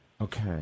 Okay